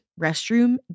restroom